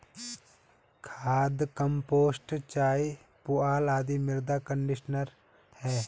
खाद, कंपोस्ट चाय, पुआल आदि मृदा कंडीशनर है